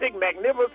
magnificent